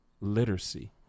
literacy